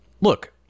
look